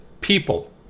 people